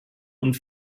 und